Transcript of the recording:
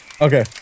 okay